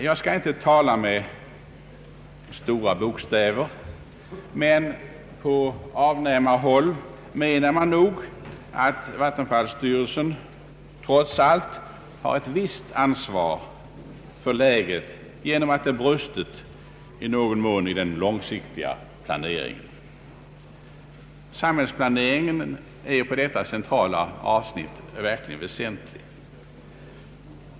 Jag skall inte tala med stora bokstäver, men på avnämarhåll anser man nog att vattenfallsstyrelsen trots allt har ett visst ansvar för läget genom att den långsiktiga planeringen i någon mån varit bristfällig. Samhällsplaneringen är i detta centrala avsnitt verkligen väsentlig.